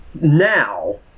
now